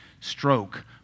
stroke